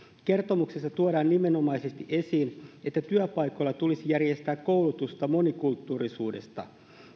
kertomuksessa tuodaan nimenomaisesti esiin että työpaikoilla tulisi järjestää koulutusta monikulttuurisuudesta